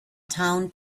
town